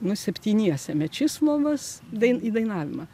nu septyniese mečislovas dai į dainavimą